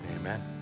Amen